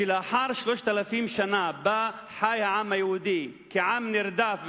שלאחר 3,000 שנה שבהן חי העם היהודי כעם נרדף,